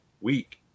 week